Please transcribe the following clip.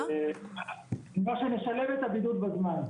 אנחנו נשלם לו את הבידוד בזמן.